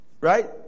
Right